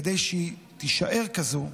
כדי שהיא תישאר כזו,